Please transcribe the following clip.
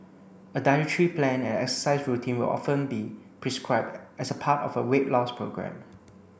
a dietary plan and exercise routine will often be prescribed as a part of a weight loss programme